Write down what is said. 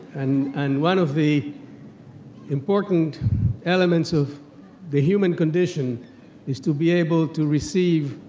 and and one of the important elements of the human condition is to be able to receive